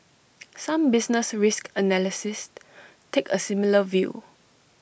some business risk analysts take A similar view